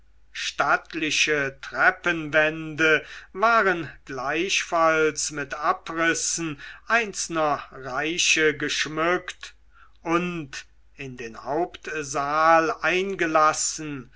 stattliche treppenwände waren gleichfalls mit abrissen einzelner reiche geschmückt und in den hauptsaal eingelassen